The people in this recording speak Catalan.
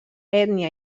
ètnia